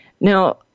Now